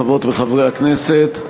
חברות וחברי הכנסת,